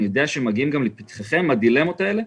יודע שגם לפתחכם מגיעות הדילמות האלה.